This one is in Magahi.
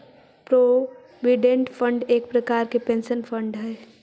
प्रोविडेंट फंड एक प्रकार के पेंशन फंड हई